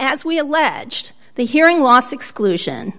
as we alleged the hearing loss exclusion